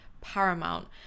paramount